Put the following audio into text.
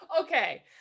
Okay